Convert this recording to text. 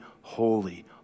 holy